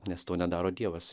nes to nedaro dievas